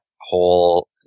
whole